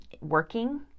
working